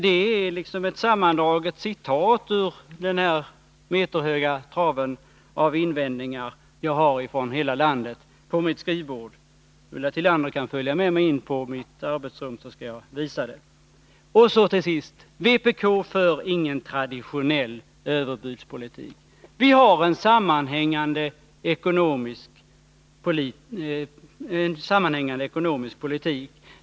Det är liksom ett sammandraget citat ur den meterhöga trave av invändningar från hela landet som jag har på mitt skrivbord. Ulla Tillander kan följa med mig in på mitt arbetsrum, så skall jag visa detta. Till sist: Vpk för ingen traditionell överbudspolitik. Vi har en sammanhängande ekonomisk politik.